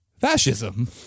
fascism